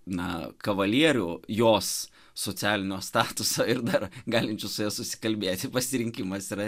na kavalierių jos socialinio statuso ir dar galinčius susikalbėti pasirinkimas yra